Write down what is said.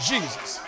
Jesus